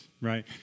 right